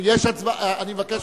יוחנן